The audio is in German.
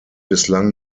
bislang